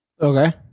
okay